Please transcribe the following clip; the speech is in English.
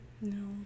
No